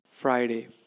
Friday